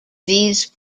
these